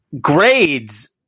grades